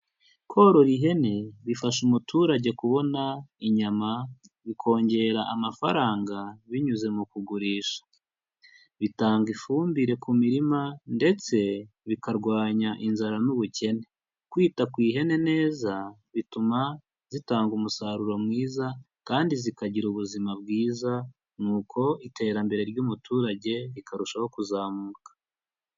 Korora ihene bifasha umuturage kubona inyama, bikongera amafaranga binyuze mu kugurisha, bitanga ifumbire ku mirima, ndetse bikarwanya inzara n'ubukene, kwita ku ihene neza bituma zitanga umusaruro mwiza kandi zikagira ubuzima bwiza, ni uko iterambere ry'umuturage rikarushaho kuzamuka.